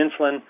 insulin